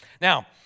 Now